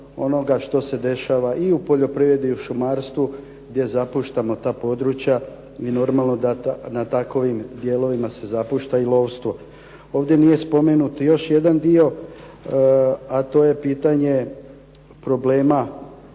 onoga što se dešava i u poljoprivredi i šumarstvu gdje zapuštamo ta područja i normalno da na takovim dijelovima se zapušta i lovstvo. Ovdje nije spomenuti još jedan dio a to je pitanje problema